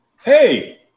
hey